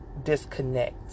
disconnect